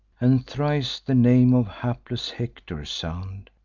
and thrice the name of hapless hector sound.